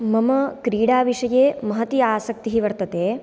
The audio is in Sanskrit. मम क्रीडाविषये महती आसक्तिः वर्तते